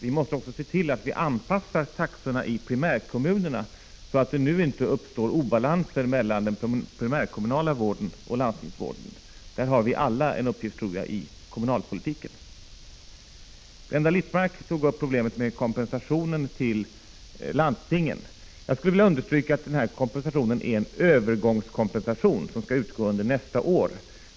Vi måste också se till att vi anpassar taxorna i primärkommunerna, så att det inte uppstår obalanser mellan den primärkommunala vården och landstingsvården. I fråga om detta har vi alla en uppgift i kommunalpolitiken. Blenda Littmarck tog upp problemet med kompensationen till landstingen. Jag skulle vilja understryka att denna kompensation är en övergångsersättning, som skall utgå under nästa år.